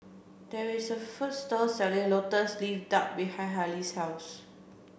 there is a food store selling lotus leaf duck behind Halie's house